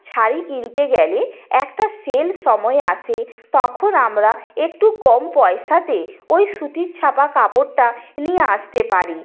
শাড়ি কিনতে গেলে একটা সেল সময় আসে তখন আমরা একটু কম পয়সাতে ওই সুতির ছাপা কাপড়টা নিয়ে আসতে পারি